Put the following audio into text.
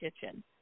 kitchen